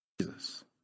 Jesus